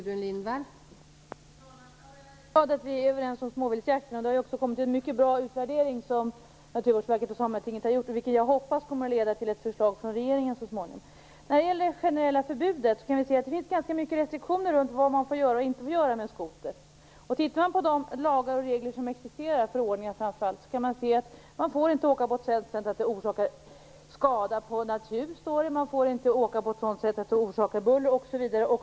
Fru talman! Jag är glad att vi är överens om småviltsjakten. Det har ju kommit en mycket bra utvärdering som Naturvårdsverket och Sametinget har gjort. Jag hoppas att den kommer att leda till ett förslag från regeringen så småningom. När det gäller det generella förbudet kan vi se att det finns ganska många restriktioner runt vad man får göra och inte göra med en skoter. Om man tittar på de lagar, regler och förordningar som existerar kan vi se att man inte får åka på ett sådant sätt att det orsakar skada på natur. Man får inte åka på ett sådant sätt att det orsakar buller osv.